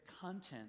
content